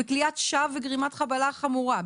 בכליאת שווא וגרימת חבלה חמורה,